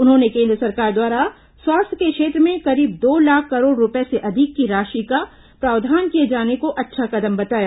उन्होंने केन्द्र सरकार द्वारा स्वास्थ्य के क्षेत्र में करीब दो लाख करोड़ रूपये से अधिक की राशि का प्रावधान किए जाने को अच्छा कदम बताया